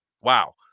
Wow